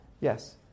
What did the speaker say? Yes